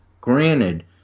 Granted